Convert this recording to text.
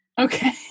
Okay